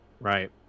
Right